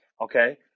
Okay